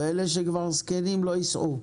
ואלה שכבר זקנים לא ייסעו.